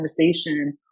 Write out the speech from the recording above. conversation